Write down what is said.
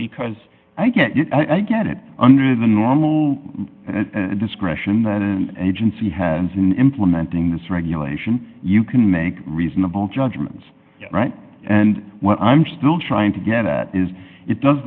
because i get i get it under the normal discretion that an agency has in implementing this regulation you can make reasonable judgments and what i'm still trying to get at is it does